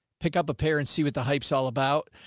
pick up a pair and see what the hype is all about.